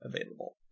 available